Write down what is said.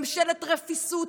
ממשלת רפיסות,